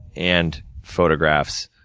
and photographs,